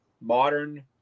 modern